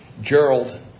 Gerald